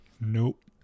Nope